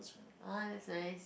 ah that's nice